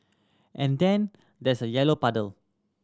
and then there's a yellow puddle